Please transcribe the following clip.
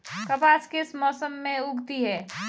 कपास किस मौसम में उगती है?